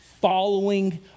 following